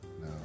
No